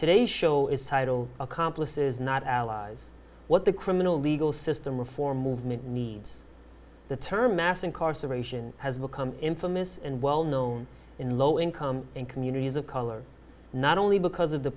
today's show is titled accomplices not allies what the criminal legal system reform movement needs the term mass incarceration has become infamous and well known in low income communities of color not only because of the